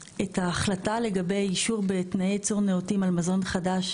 ההחלטה לגבי אישור בתנאי ייצור נאותים על מזון חדש,